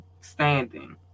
standing